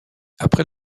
après